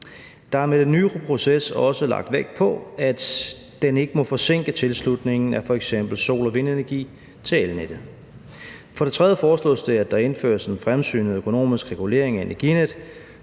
Der er med den nye proces også lagt vægt på, at den ikke må forsinke tilslutningen af for eksempel sol- og vindenergi til elnettet. For det tredje foreslås det, at der indføres en fremsynet økonomisk regulering af Energinet.